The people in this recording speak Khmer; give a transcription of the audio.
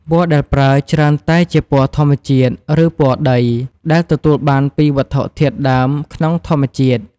ពណ៌ដែលប្រើច្រើនតែជាពណ៌ធម្មជាតិ ឬពណ៌ដី ដែលទទួលបានពីវត្ថុធាតុដើមក្នុងធម្មជាតិ។